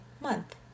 Month